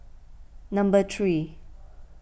number three